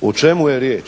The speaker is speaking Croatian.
u čemu je riječ.